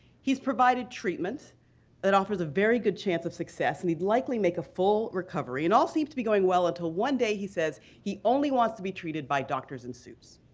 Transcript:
he's provided treatment that offers a very good chance of success and he'd likely make a full recovery, and all seems to be going well until one day he says he only wants to be treated by doctors in suits.